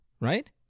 right